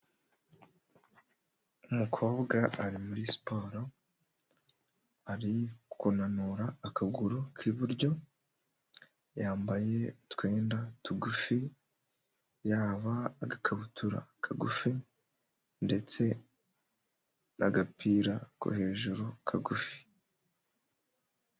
Umukobwa ari muri siporo arikunanura akaguru k'iburyo, yambaye utwenda tugufi yaba agakabutura kagufi ndetse n'agapira ko hejuru kagufi.